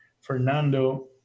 Fernando